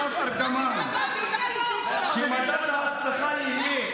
באולפן שישי הציע נדב ארגמן שמדד ההצלחה יהיה,